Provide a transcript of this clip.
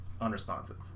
unresponsive